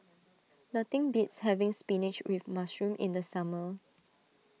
nothing beats having Spinach with Mushroom in the summer